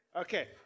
Okay